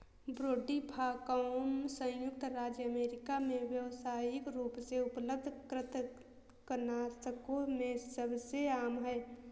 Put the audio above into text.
brodifacoum संयुक्त राज्य America में व्यावसायिक रूप से उपलब्ध कृंतकनाशकों में सबसे आम है